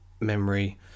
memory